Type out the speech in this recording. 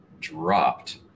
dropped